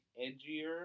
edgier